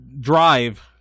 Drive